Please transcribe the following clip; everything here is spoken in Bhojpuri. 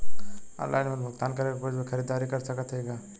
ऑनलाइन बिल भुगतान करके कुछ भी खरीदारी कर सकत हई का?